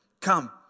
come